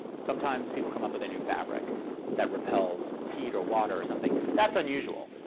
sometimes people come up with a new fabric that repels heat or water or something that's unusual.